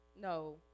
no